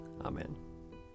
Amen